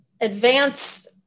advance